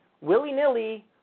willy-nilly